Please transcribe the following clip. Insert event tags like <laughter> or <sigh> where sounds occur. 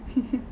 <laughs>